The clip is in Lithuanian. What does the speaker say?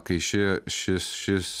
kai ši šis šis